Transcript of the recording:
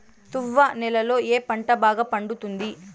తువ్వ నేలలో ఏ పంట బాగా పండుతుంది?